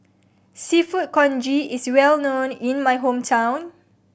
Seafood Congee is well known in my hometown